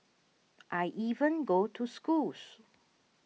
I even go to schools